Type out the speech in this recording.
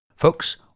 Folks